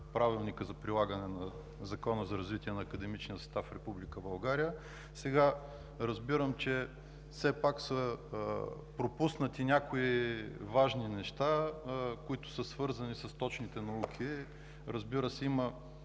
Правилника за прилагане на Закона за развитие на академичния състав в Република България. Сега разбирам, че все пак са пропуснати някои важни неща, свързани с точните науки. Разбира се, има